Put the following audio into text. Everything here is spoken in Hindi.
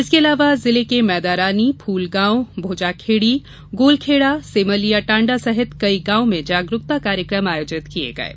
इसके अलावा जिले के मैदारानी फूलगांव भोजाखेड़ी गोलखेड़ा सेमलिया टाण्डा सहित कई गांव में जागरुकता कार्यक्रम आयोजित किये गये